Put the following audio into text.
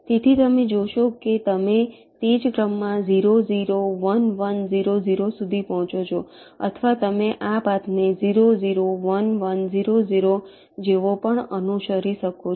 તેથી તમે જોશો કે તમે તે જ ક્રમમાં 0 0 1 1 0 0 સુધી પહોંચો છો અથવા તમે આ પાથને 0 0 1 1 0 0 જેવો પણ અનુસરી શકો છો